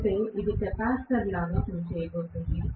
అంటే ఇది కెపాసిటర్ లాగా పనిచేయబోతోంది